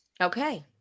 Okay